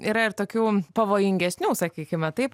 yra ir tokių pavojingesnių sakykime taip